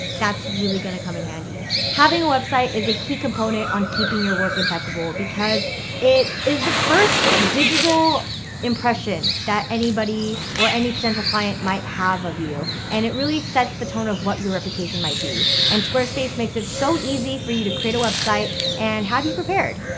that's really going to come in handy. having a website is a key component on keeping your work impeccable because it is the first digital impression that anybody or any potential client might have of you. and it really sets the tone of what your reputation might be. and squarespace makes it so easy for you to create a website and have you prepared.